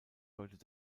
deutet